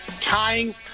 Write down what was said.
tying